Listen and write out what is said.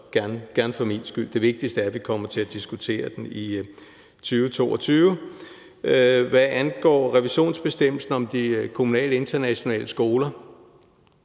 – gerne for min skyld. Det vigtigste er, at vi kommer til at diskutere den i 2022. Hvad angår revisionsbestemmelsen om de kommunale internationale grundskoler,